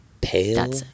Pale